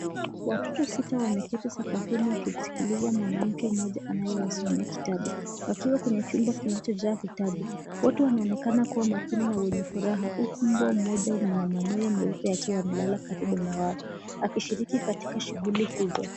Watoto sita wameketi sakafuni wakimsikiliza mwanamke mmoja anayewasomea kitabu wakiwa kwenye chumba kilichojaa vitabu. Wote wanaonekana kuwa makini na wenye furaha uku mbwa mmoja mwenye manyoya meupe akiwa amelala karibu na wao, akishiriki katika shughuli hizo.